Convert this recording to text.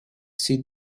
sit